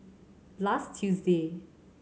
last Tuesday